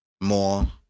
more